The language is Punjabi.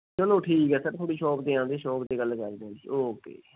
ਚਲੋ ਠੀਕ ਹੈ ਸਰ ਤੁਹਾਡੀ ਸ਼ੋਪ 'ਤੇ ਆਉਂਦੇ ਸ਼ੋਪ 'ਤੇ ਗੱਲ ਕਰਦੇ ਹੈ ਜੀ ਓਕੇ ਜੀ